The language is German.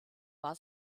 war